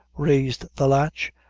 raised the latch,